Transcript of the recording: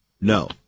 No